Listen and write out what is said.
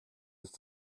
ist